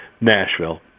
Nashville